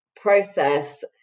process